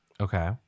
Okay